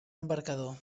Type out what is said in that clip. embarcador